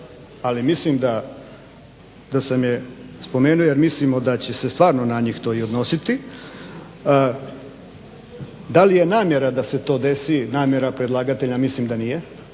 ali mislim da sam je spomenuo jer mislimo da će se stvarno na njih to i odnositi. Da li je namjera da se to desi, namjera predlagatelja mislim da nije,